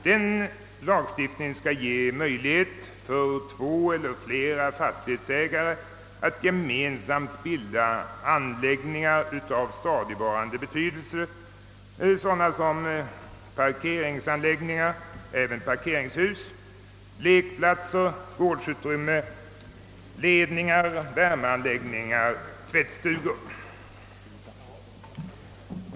Denna lagstiftning skall ge två eller flera fastighetsägare möjlighet att gemensamt inrätta anläggningar av stadigvarande karaktär t.ex. parkerings anläggningar, även parkeringshus, lekplatser, gårdsutrymmen, ledningar, värmeanläggningar och tvättstugor.